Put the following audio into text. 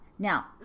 Now